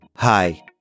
Hi